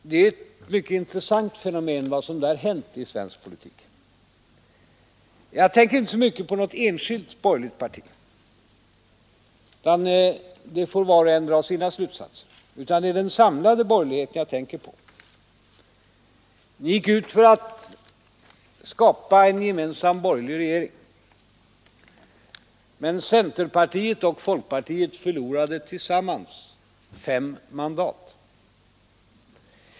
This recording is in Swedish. Vad som där hänt i svensk politik är ett mycket intressant fenomen. Jag tänker inte så mycket på något enskilt borgerligt parti — härvidlag får var och en dra sina slutsatser — utan det är den samlade borgerligheten jag tänker på. Ni gick ut för att skapa en gemensam borgerlig regering, men centerpartiet och folkpartiet förlorade tillsammans fem mandat.